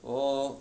orh